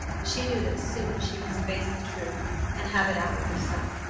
she knew that soon she must face the truth and have it out with herself,